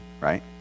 right